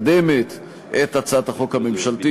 -- ומשעה שהממשלה מקדמת את הצעת החוק הממשלתית,